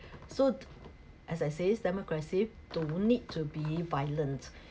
so as I say democracy don't need to be violent